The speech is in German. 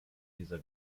dieser